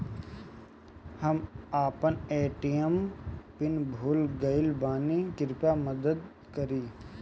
हम अपन ATM PIN भूल गएल बानी, कृपया मदद करीं